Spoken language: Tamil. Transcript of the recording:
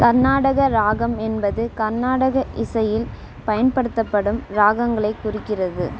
கர்நாடக ராகம் என்பது கர்நாடக இசையில் பயன்படுத்தப்படும் ராகங்களைக் குறிக்கிறது